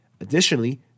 Additionally